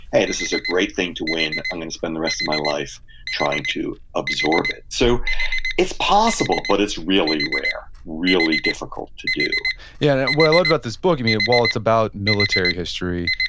hey, this is a great thing to win. i'm going to spend the rest of my life trying to absorb it. so it's possible, but it's really rare, really difficult to do yeah, and what i loved about this book, i mean, while it's about military history,